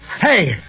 Hey